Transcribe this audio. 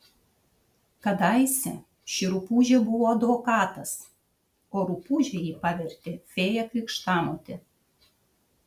kadaise ši rupūžė buvo advokatas o rupūže jį pavertė fėja krikštamotė